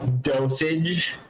dosage